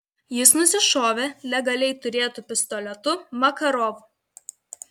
jis nusišovė legaliai turėtu pistoletu makarov